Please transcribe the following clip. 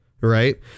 right